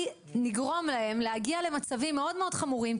נגרום להם להגיע למצבים מאוד מאוד חמורים,